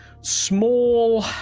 small